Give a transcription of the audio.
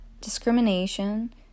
Discrimination